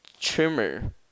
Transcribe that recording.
trimmer